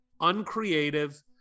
uncreative